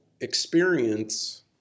experience